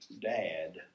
dad